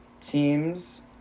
teams